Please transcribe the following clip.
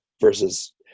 versus